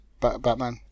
Batman